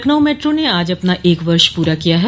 Lucknow metro ने आज अपना एक वर्ष पूरा किया है